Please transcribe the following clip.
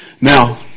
Now